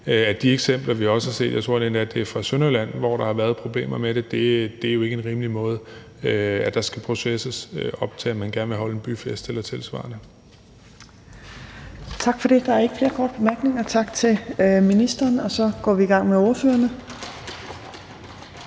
at de eksempler, vi har set – jeg tror endda, at de er fra Sønderjylland, hvor der har været problemer med det – jo ikke er en rimelig måde, der skal processes på, op til at man gerne vil holde en byfest eller tilsvarende. Kl. 14:52 Fjerde næstformand (Trine Torp): Tak for det. Der er ikke flere korte bemærkninger, så tak til ministeren. Og vi går i gang med ordførerrækken.